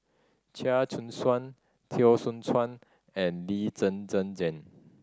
Chia Choo Suan Teo Soon Chuan and Lee Zhen Zhen Jane